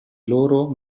loro